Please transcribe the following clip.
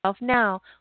now